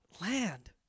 land